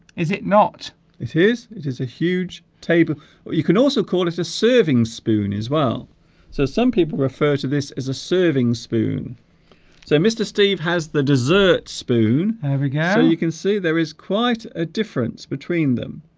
is it not it is it is a huge table but you can also call it a serving spoon as well so some people refer to this as a serving spoon so mr. steve has the dessert spoon however now you can see there is quite a difference between them